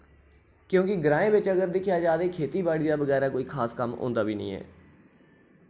क्यूंकि ग्राएं बिच अगर दिक्खेआ जा ते खेती बाड़ी दे बगैरा कोई खास कम्म होंदा बी नि ऐ